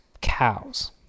cows